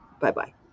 Bye-bye